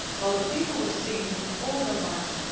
while the people were singing with all their might,